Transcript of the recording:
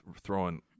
throwing –